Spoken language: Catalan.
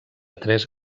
tres